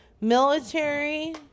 military